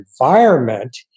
environment